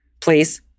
please